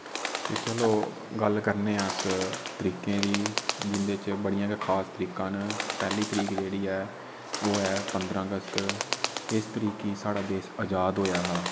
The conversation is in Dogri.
ते चलो गल्ल करने आं अस तरीकें दी जिंदे च बड़िया गै खास तरीकां न पैह्ली तरीक जेह्ड़ी ऐ ओह् ऐ पंद्रा अगस्त इस तरीके साढ़ा देश अजाद होया हा